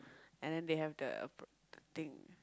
and then they have the frappe thing